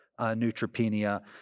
neutropenia